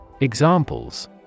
Examples